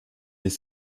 des